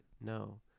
no